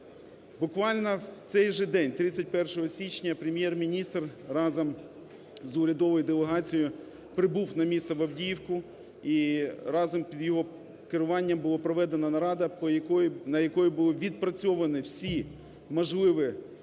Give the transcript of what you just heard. Буквально в цей же день 31 січня Прем'єр-міністр разом з урядовою делегацією прибув на місто в Авдіївку і разом під його керуванням була проведена нарада, на якій було відпрацьовано всі можливі